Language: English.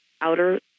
outer